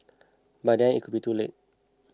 by then it could be too late